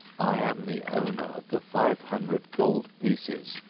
i am the owner of the five hundred gold pieces,